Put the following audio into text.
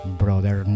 brother